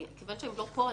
מכיוון הם לא פה,